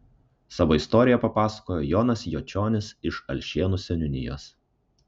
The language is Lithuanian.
savo istoriją papasakojo jonas jočionis iš alšėnų seniūnijos